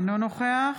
אינו נוכח